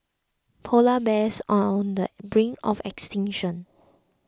Polar Bears are on the brink of extinction